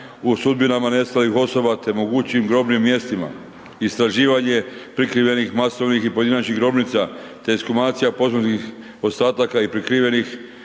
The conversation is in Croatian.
o sudbinama nestalih osoba te mogućim grobnim mjestima, istraživanje prikrivenih masovnih i pojedinačnih grobnica te ekshumacija posmrtnih ostataka i prikrivenih